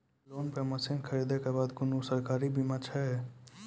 Loan पर मसीनऽक खरीद के बाद कुनू सरकारी बीमा छै?